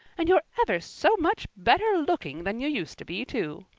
and you're ever so much better looking than you used to be, too.